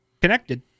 connected